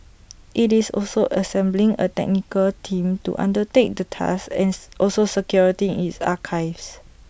IT is also assembling A technical team to undertake the task ends also security its archives